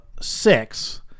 six